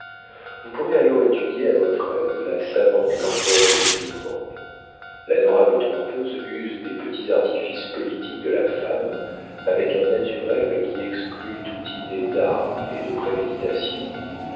vous pourrez alors étudier à votre aise la savante lenteur de ses mouvements l'adorable trompeuse use des petits artifices politiques de la femme avec un naturel qui exclut toute idée d'art et de préméditation